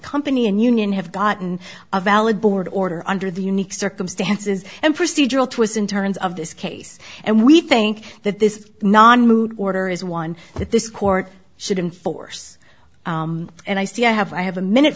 company and union have gotten a valid board order under the unique circumstances and procedural twists and turns of this case and we think that this non moot order is one that this court should enforce and i see i have i have a minute